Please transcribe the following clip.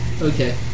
Okay